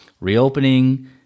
reopening